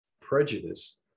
prejudice